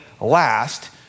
last